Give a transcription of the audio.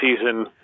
season